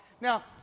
Now